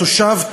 התושב,